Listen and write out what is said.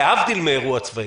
להבדיל מאירוע צבאי,